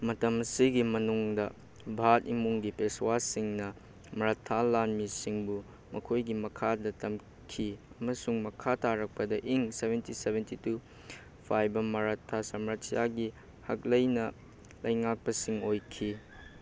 ꯃꯇꯝ ꯑꯁꯤꯒꯤ ꯃꯅꯨꯡꯗ ꯚꯥꯠ ꯏꯃꯨꯡꯒꯤ ꯄꯦꯁꯋꯥꯁꯁꯤꯡꯅ ꯃꯔꯥꯊꯥꯜ ꯂꯥꯟꯃꯤꯁꯤꯡꯕꯨ ꯃꯈꯣꯏꯒꯤ ꯃꯈꯥꯗ ꯊꯝꯈꯤ ꯑꯃꯁꯨꯡ ꯃꯈꯥ ꯇꯥꯔꯛꯄꯗ in seventy seventy to five Maratha ꯁꯝꯃꯁ꯭ꯌꯥꯒꯤ ꯍꯛ ꯂꯩꯅ ꯂꯩꯉꯥꯛꯄꯁꯤꯡ ꯑꯣꯏꯈꯤ